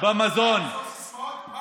איפה הורדתם, סיסמאות.